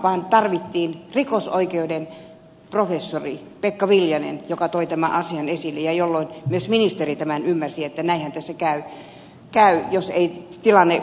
siihen tarvittiin rikosoikeuden professori pekka viljanen joka toi tämän asian esille jolloin myös ministeri tämän ymmärsi että näinhän tässä käy jos ei tilanne muutu